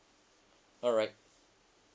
alright